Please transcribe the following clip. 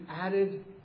added